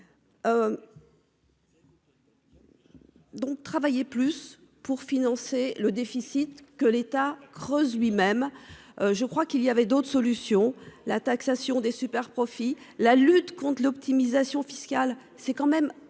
Donc, travailler plus pour financer le déficit que l'État creuse lui-même. Je crois qu'il y avait d'autres solutions. La taxation des superprofits. La lutte contre l'optimisation fiscale. C'est quand même plusieurs